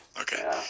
Okay